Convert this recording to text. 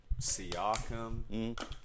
Siakam